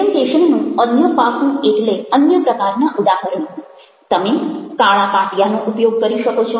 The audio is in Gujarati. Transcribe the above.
પ્રેઝન્ટેશનનું અન્ય પાસું એટલે અન્ય પ્રકારના ઉદાહરણો તમે કાળા પાટિયાનો ઉપયોગ કરી શકો છો